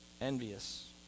envious